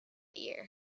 year